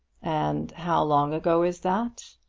and how long ago is that?